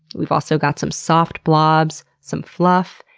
we've also got some soft blobs, some fluff,